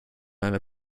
einer